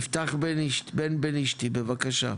יפתח בנבנישתי, בבקשה.